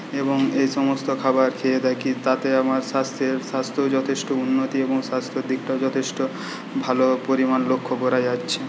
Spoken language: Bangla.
এবং এই সমস্ত খাবার খেয়ে দেখি তাতে আমার স্বাস্থ্যের স্বাস্থ্য যথেষ্ট উন্নতি এবং স্বাস্থ্যের দিকটাও যথেষ্ট ভালো পরিমাণ লক্ষ্য করা যাচ্ছে